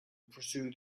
pursue